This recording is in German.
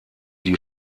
die